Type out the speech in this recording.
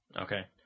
Okay